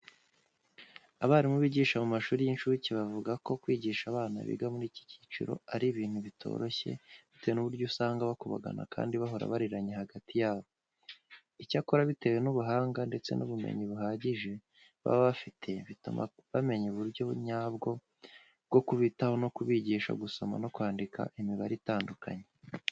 Abarimu bigisha mu mashuri y'incuke bavuga ko kwigisha abana biga muri iki cyiciro, ari ibintu bitoroshye bitewe n'uburyo usanga bakubagana kandi bahora bariranya hagati yabo. Icyakora bitewe n'ubuhanga ndetse n'ubumenyi buhagije baba bafite, bituma bamenya uburyo nyabwo bwo kubitaho no kubigisha gusoma no kwandika imibare itandukanye.